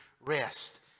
rest